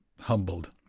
humbled